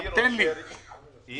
אם